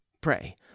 pray